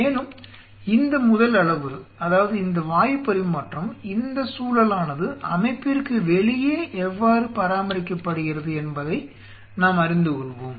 மேலும் இந்த முதல் அளவுரு அதாவது இந்த வாயு பரிமாற்றம் இந்த சூழலானது அமைப்பிற்கு வெளியே எவ்வாறு பராமரிக்கப்படுகிறது என்பதை நாம் அறிந்து கொள்வோம்